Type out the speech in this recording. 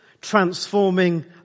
transforming